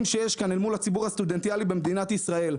שיש כאן אל מול הציבור הסטודנטיאלי במדינת ישראל.